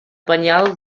penyal